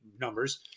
numbers